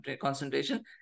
concentration